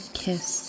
kiss